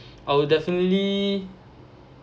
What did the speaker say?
I will definitely